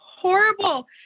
horrible